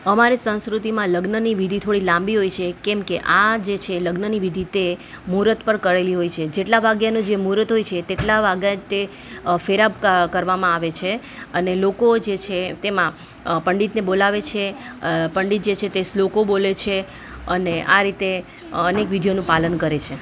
અમારી સંસ્કૃતિમાં લગ્નની વિધિ થોડી લાંબી હોય છે કેમ કે આ જે છે લગ્નની વિધિ તે મુરત પર કરેલી હોય છે જેટલા વાગ્યાનો જે મુરત હોય છે તેટલા વાગ્યા તે ફેરા કરવામાં આવે છે અને લોકો જે છે તેમાં પંડિતને બોલાવે છે પંડિત જે છે તે શ્લોકો બોલે છે અને એ આ રીતે અનેક વિધિઓનું પાલન કરે છે